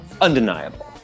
undeniable